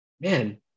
man